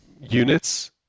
units